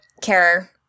care